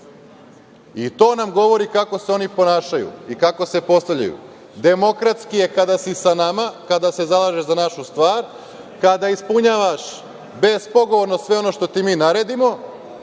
nam govori kako se oni ponašaju i kako se postavljaju. Demokratski je kada si sa nama, kada se zalažeš za našu stvar, kada ispunjavaš bezpogovorno sve ono što ti mi naredimo,